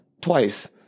twice